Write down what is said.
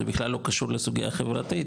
זה בכלל לא קשור לסוגייה חברתית,